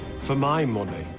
for my money,